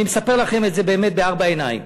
אני מספר לכם את זה באמת בארבע עיניים,